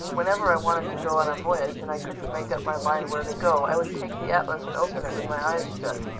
whenever i wanted to go on a voyage, and i couldn't make up my mind where to go, i would take the atlas and open it with my eyes shut.